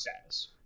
status